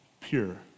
pure